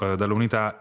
dall'unità